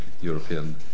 European